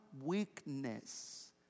weakness